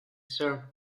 served